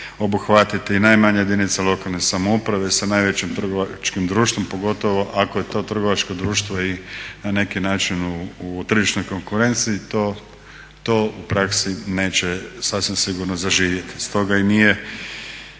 obuhvatiti i najmanje jedinice lokalne samouprave sa najvećim trgovačkim društvom, pogotovo ako je to trgovačko društvo i na neki način u tržišnoj konkurenciji to u praksi neće sasvim sigurno zaživjeti.